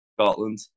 Scotland